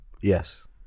Yes